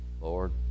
Lord